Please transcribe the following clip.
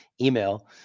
email